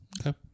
okay